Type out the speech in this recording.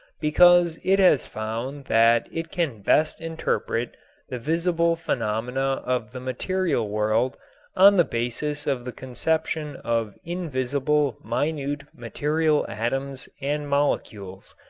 because it has found that it can best interpret the visible phenomena of the material world on the basis of the conception of invisible minute material atoms and molecules,